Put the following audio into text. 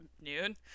noon